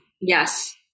Yes